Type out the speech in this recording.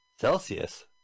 Celsius